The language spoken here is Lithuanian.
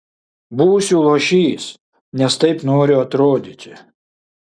būsiu luošys nes taip noriu atrodyti